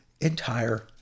entire